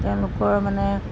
তেওঁলোকৰ মানে